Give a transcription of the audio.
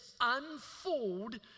unfold